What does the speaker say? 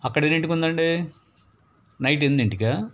అక్కడ ఎన్నింటికి ఉందండి నైట్ ఎనిమిది ఇంటికి